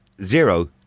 zero